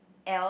else